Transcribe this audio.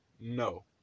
No